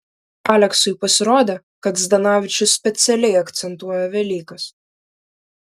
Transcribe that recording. aleksui pasirodė kad zdanavičius specialiai akcentuoja velykas